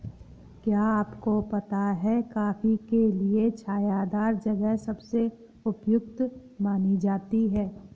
क्या आपको पता है कॉफ़ी के लिए छायादार जगह सबसे उपयुक्त मानी जाती है?